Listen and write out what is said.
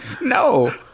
No